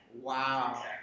Wow